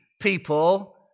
people